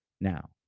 Now